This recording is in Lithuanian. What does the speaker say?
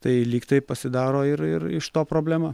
tai lyg tai pasidaro ir ir iš to problema